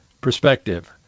perspective